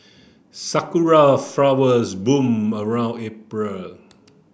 sakura flowers bloom around April